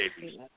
babies